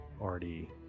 already